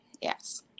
yes